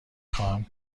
خواهم